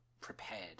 prepared